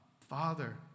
Father